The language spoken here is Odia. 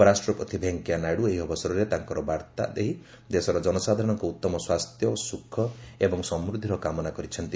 ଉପରାଷ୍ଟ୍ରପତି ଭେଙ୍କିୟାନାଇଡୁ ଏହି ଅବସରରେ ତାଙ୍କର ବାର୍ତ୍ତା ଦେଇ ଦେଶର ଜନସାଧାରଣଙ୍କ ଉତ୍ତମ ସ୍ୱାସ୍ଥ୍ୟ ଓ ସୁଖ ଏବଂ ସମୂଦ୍ଧିର କାମନା କରିଛନ୍ତି